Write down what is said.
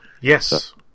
Yes